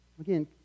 Again